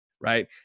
right